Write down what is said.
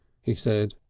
he said.